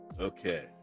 Okay